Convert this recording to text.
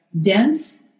dense